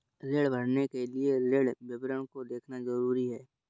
ऋण भरने के लिए ऋण विवरण को देखना ज़रूरी है